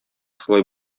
шулай